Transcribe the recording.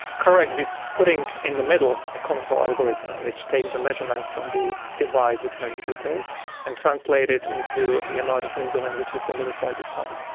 correct we're putting in the middle a control algorithm which takes the measurements from the device which measures glucose and translate it into the amount of insulin which is delivered by the pump.